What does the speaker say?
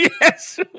Yes